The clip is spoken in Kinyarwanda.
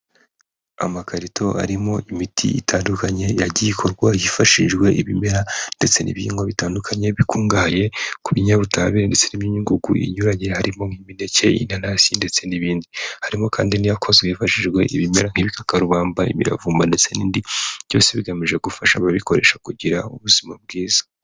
Amakarito arimo imiti itandukanye yagiye ikorwa hifashishwa ibimera ndetse n'ibihingwa bitandukanye bikungahaye ku binyabutabire ndetse n'imyunyu ngugu inyuranye harimo nk'imineke, inanasi ndetse n'ibindi, harimo kandi n'iyakozwe hifashijwe ibimera nk'ibikakarubamba, imiravumba ndetse n'indi, byose bigamije gufasha abayikoresha kugira ubuzima bwiza.